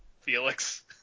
Felix